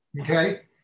okay